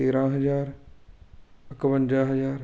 ਤੇਰ੍ਹਾਂ ਹਜ਼ਾਰ ਇਕਵੰਜਾ ਹਜ਼ਾਰ